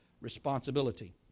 responsibility